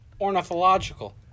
Ornithological